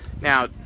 Now